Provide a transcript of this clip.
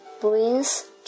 brings